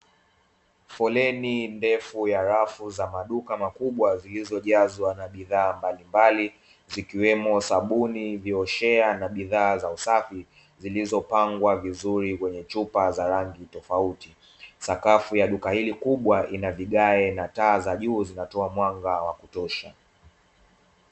Foleni ndefu ya rafu za maduka makubwa zilizojazwa bidhaa mbalimbali zikiwemo sabuni, vioshea na bidhaa za usafi; zilizopangwa vizuri kwenye chupa za rangi tofauti, sakafu ya duka hili kubwa ina vigae na taa za juu zinatoa mwanga wa kutosha.